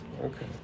Okay